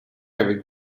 avec